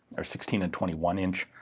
or sixteen and twenty one inch.